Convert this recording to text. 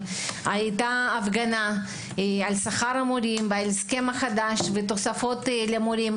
על שכר המורים ועל ההסכם החדש תוספות למורים,